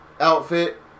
outfit